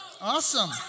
Awesome